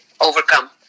overcome